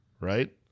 Right